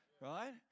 right